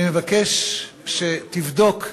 אני מבקש שתבדוק,